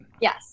Yes